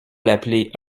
l’appeler